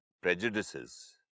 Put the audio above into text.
prejudices